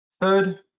Third